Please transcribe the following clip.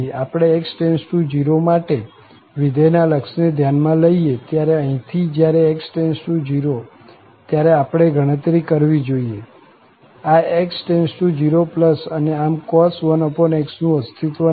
આપણે x→0 માટે વિધેયના લક્ષને ધ્યાન માં લઈએ ત્યારે અહીં થી જયારે x→0 ત્યારે આપણે ગણતરી કરવી જોઈએ આ x→0 અને આમ cos 1x નું અસ્તિત્વ નથી